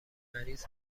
مریض